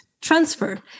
transfer